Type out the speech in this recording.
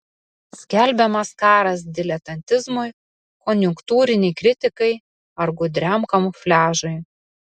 skelbiamas karas diletantizmui konjunktūrinei kritikai ar gudriam kamufliažui